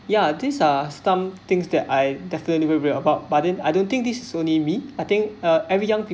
ya these are some things that I definitely will worry about but then I don't think this only me I think uh every young